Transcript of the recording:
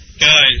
Guys